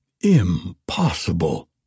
Impossible